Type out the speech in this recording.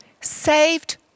Saved